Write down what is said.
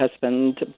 husband